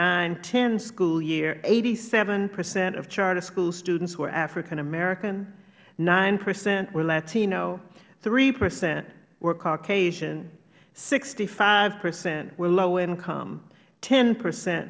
school year eighty seven percent of charter school students were african american nine percent were latino three percent were caucasian sixty five percent were low income ten percent